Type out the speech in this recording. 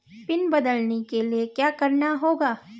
Pin बदलने के लिए क्या करना होगा?